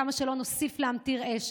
כמה שלא נוסיף להמטיר אש,